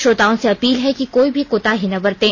श्रोताओं से अपील है कि कोई भी कोताही न बरतें